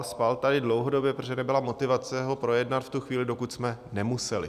Spal tady dlouhodobě, protože nebyla motivace ho projednat v tu chvíli, dokud jsme nemuseli.